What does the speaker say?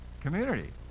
community